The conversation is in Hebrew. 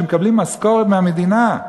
שמקבלים משכורת מהמדינה,